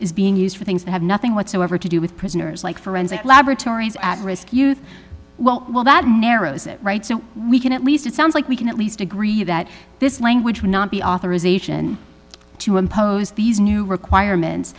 is being used for things that have nothing whatsoever what to do with prisoners like forensic laboratories at risk youth well well that narrows it right so we can at least it sounds like we can at least agree that this language may not be authorization to impose these new requirements